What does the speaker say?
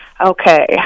Okay